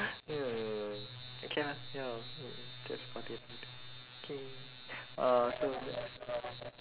ya okay lah ya lor mm that's about it lah I think okay uh so next